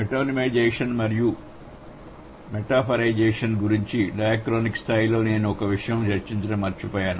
metonymization మరియు metaphorization గురించి diachronic స్థాయిలో నేను ఒక విషయము చర్చించడం మర్చిపోయాను